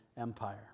Empire